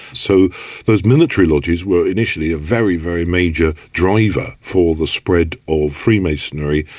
so those military lodges were initially a very, very major driver for the spread of freemasonry,